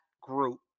group